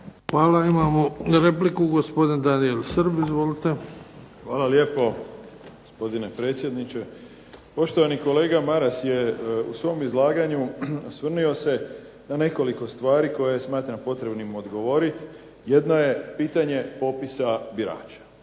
Hvala. Imamo repliku, gospodin Daniel Srb. Izvolite. **Srb, Daniel (HSP)** Hvala lijepo gospodine predsjedniče. Poštovani kolega Maras je u svom izlaganju osvrnio se na nekoliko stvari koje smatram potrebnim odgovoriti. Jedno je pitanje popisa birača.